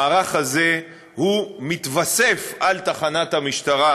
המערך הזה מתווסף לתחנת המשטרה